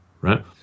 right